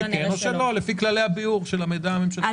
או שכן או שלא, לפי כללי הביעור של המידע הממשלתי.